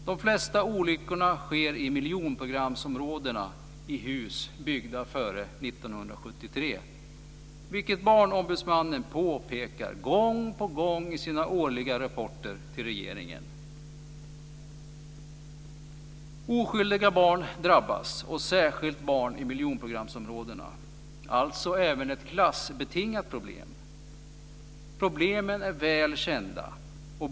De flesta olyckorna sker i miljonprogramsområdena, i hus byggda före 1973, vilket Barnombudsmannen påpekar gång på gång i sina årliga rapporter till regeringen. Oskyldiga barn drabbas, särskilt barn i miljonprogramsområdena. Alltså är detta även ett klassbetingat problem. Problemen är väl kända.